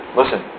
listen